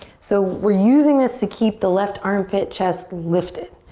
so we're using this to keep the left armpit chest lifted.